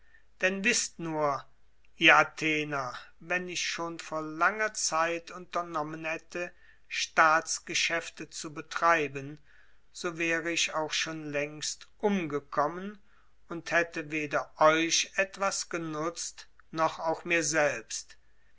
denn wißt nur ihr athener wenn ich schon vor langer zeit unternommen hätte staatsgeschäfte zu betreiben so wäre ich auch schon längst umgekommen und hätte weder euch etwas genutzt noch auch mir selbst